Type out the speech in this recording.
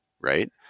right